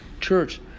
church